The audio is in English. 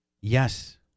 Yes